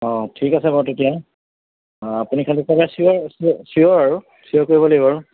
অঁ ঠিক আছে বাৰু তেতিয়া আপুনি খালি ক'লে ছিয়'ৰ ছিয়'ৰ ছিয়'ৰ আৰু ছিয়'ৰ কৰিব লাগিব বাৰু